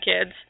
kids